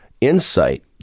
insight